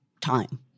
time